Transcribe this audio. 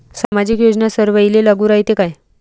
सामाजिक योजना सर्वाईले लागू रायते काय?